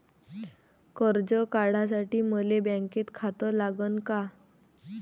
कर्ज काढासाठी मले बँकेत खातं लागन का?